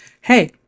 hey